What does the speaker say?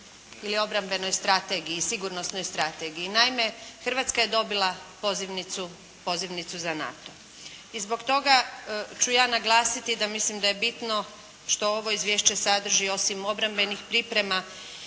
ili obrambenoj strategiji i sigurnosnoj strategiji i naime Hrvatska je dobila pozivnicu za NATO. I zbog toga ću ja naglasiti da mislim da je bitno što ovo izvješće sadrži osim obrambenih priprema